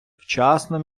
вчасно